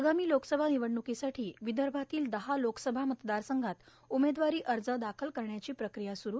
आगामी लोकसभा निवडणुकीसाठी विदर्भातील दहा लोकसभा मतदारसंघात उमेदवारी अर्ज दाखल करण्याची प्रक्रिया सुरू